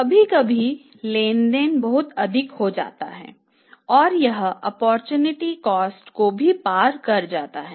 कभी कभी लेन देन बहुत अधिक होता है और यह ओप्पोरचुनिटी कॉस्टको भी पार कर जाता है